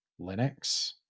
Linux